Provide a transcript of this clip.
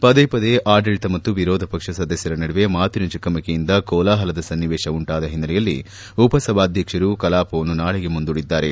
ಪದೇ ಪದೇ ಆಡಳಿತ ಮತ್ತು ವಿರೋಧ ಪಕ್ಷ ಸದಸ್ಯರ ನಡುವೆ ಮಾತಿನ ಚಕಮಕಿಯಿಂದ ಕೋಲಾಹಲದ ಸನ್ನಿವೇತ ಉಂಟಾದ ಹಿನ್ನೆಲೆಯಲ್ಲಿ ಉಪಸಭಾಧ್ಯಕ್ಷರು ಕಲಾಪವನ್ನು ನಾಳೆಗೆ ಮುಂದೂಡಿದ್ದಾರೆ